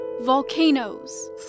Volcanoes